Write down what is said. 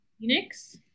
Phoenix